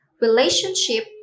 relationship